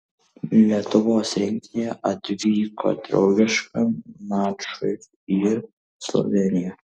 lietuvos rinktinė atvyko draugiškam mačui į slovėniją